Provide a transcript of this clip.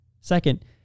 Second